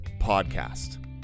podcast